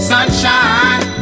Sunshine